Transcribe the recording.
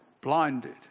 blinded